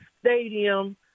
stadium